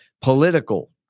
political